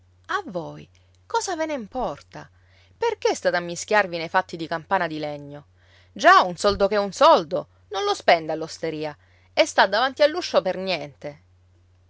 a voi cosa ve ne importa perché state a mischiarvi nei fatti di campana di legno già un soldo che è un soldo non lo spende all'osteria e sta davanti all'uscio per niente